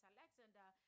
Alexander